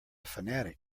fanatic